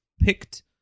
picked